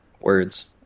Words